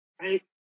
Right